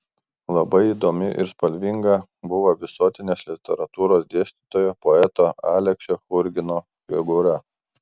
labai įdomi ir spalvinga buvo visuotinės literatūros dėstytojo poeto aleksio churgino figūra